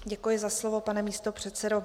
Děkuji za slovo, pane místopředsedo.